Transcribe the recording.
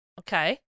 Okay